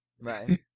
Right